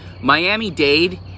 miami-dade